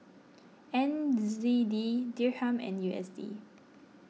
N Z D Dirham and U S D